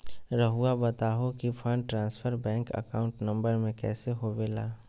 रहुआ बताहो कि fund transfer bank account number में कैसे होबेला?